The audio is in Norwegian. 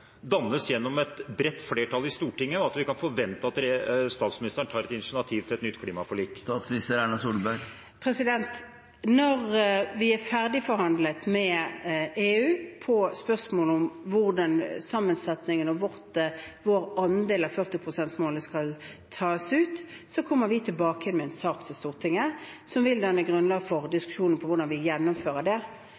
dannes gjennom et bredt flertall i Stortinget, og kan vi forvente at statsministeren tar et initiativ til et nytt klimaforlik? Når vi er ferdigforhandlet med EU i spørsmålet om hvordan sammensetningen av vår andel av 40 pst.-målet skal tas ut, kommer vi tilbake med en sak til Stortinget som vil danne grunnlag for diskusjonen om hvordan vi gjennomfører det. Det vil ta litt tid, og på veien har vi tenkt å gjøre mye i denne regjeringen når det